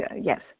Yes